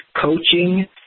coaching